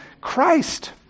Christ